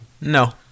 No